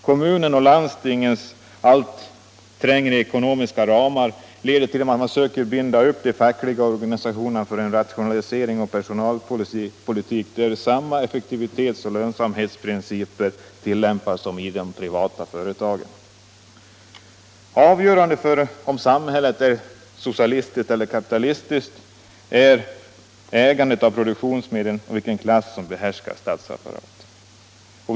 Kommunernas och landstingens allt trängre ekonomiska ramar leder till att man söker binda upp de fackliga organisationerna för en rationaliseringsoch personalpolitik där samma effektivitetsoch lönsamhetsprinciper tillämpas som i de privata företagen. Avgörande för om samhället är socialistiskt eller kapitalistiskt är ägandet av produktionsmedlen och vilken klass som behärskar statsapparaten.